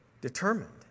determined